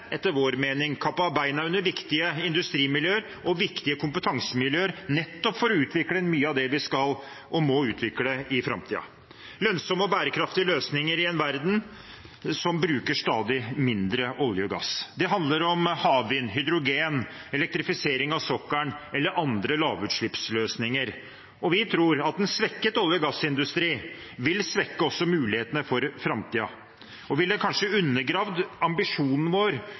etter vår mening kappet bena vekk under viktige industrimiljøer og viktige kompetansemiljøer nettopp for å utvikle mye av det vi skal og må utvikle i framtiden. Lønnsomme og bærekraftige løsninger i en verden som bruker stadig mindre olje og gass, handler om havvind, hydrogen, elektrifisering av sokkelen eller andre lavutslippsløsninger. Vi tror at en svekket olje- og gassindustri også vil svekke mulighetene for framtiden og kanskje undergrave ambisjonen vår